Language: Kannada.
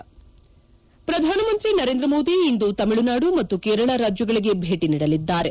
ಹೆಡ್ ಪ್ರಧಾನಮಂತ್ರಿ ನರೇಂದ್ರ ಮೋದಿ ಇಂದು ತಮಿಳುನಾಡು ಮತ್ತು ಕೇರಳ ರಾಜ್ಲಗಳಿಗೆ ಭೇಟಿ ನೀಡಲಿದ್ದಾರೆ